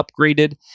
upgraded